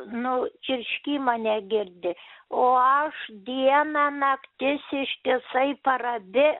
nu čirškimą negirdi o aš dieną naktis ištįsai per abi